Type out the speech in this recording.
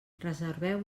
reserveu